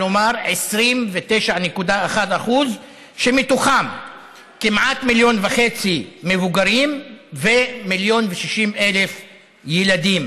כלומר 29.1% כמעט 1.5 מיליון מבוגרים ו-1.06 מיליון ילדים.